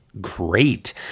great